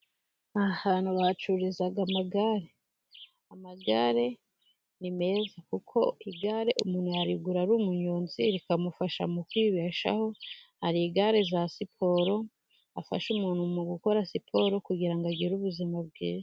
Aha hantu bahacururiza amagare. Amagare ni meza, kuko igare umuntu yarigura ari umunyonzi rikamufasha mu kwibeshaho. Hari igare rya siporo rifasha umuntu mu gukora siporo kugira ngo agire ubuzima bwiza.